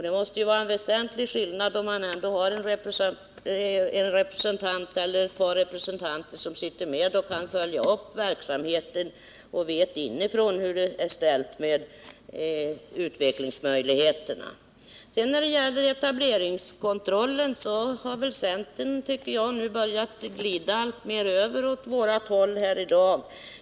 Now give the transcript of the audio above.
Det måste vara en väsentlig skillnad om man har en eller ett par representanter som sitter med och kan följa verksamheten och vet inifrån hur det är ställt med utvecklingsmöjligheterna. När det gäller etableringskontrollen har väl centern, tycker jag, nu börjat glida alltmer över åt vårt håll här i dag.